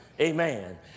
amen